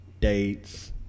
dates